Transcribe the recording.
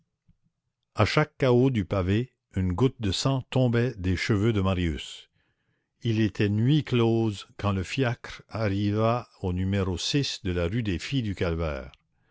à chaque cahot du pavé une goutte de sang tombait des cheveux de marius il était nuit close quand le fiacre arriva au numéro de la rue des